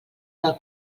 del